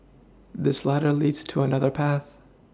this ladder leads to another path